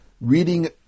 reading